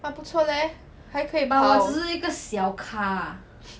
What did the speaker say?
!wah! 不错 leh 还可以跑